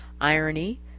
irony